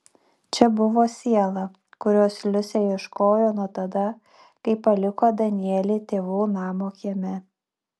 čia buvo siela kurios liusė ieškojo nuo tada kai paliko danielį tėvų namo kieme